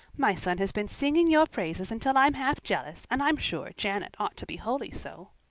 my son has been singing your praises until i'm half jealous, and i'm sure janet ought to be wholly so.